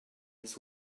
this